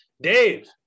Dave